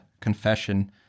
confession